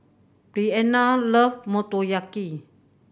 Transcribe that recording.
Breanna loves Motoyaki